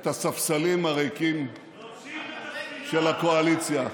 את הספסלים הריקים של הקואליציה.